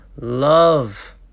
love